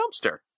dumpster